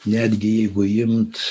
netgi jeigu imt